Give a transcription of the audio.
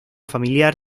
familiar